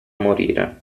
morire